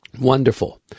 Wonderful